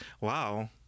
wow